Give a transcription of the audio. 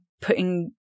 putting